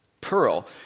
pearl